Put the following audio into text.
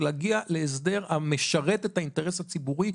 ולהגיע להסדר המשרת את האינטרס הציבורי,